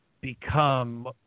become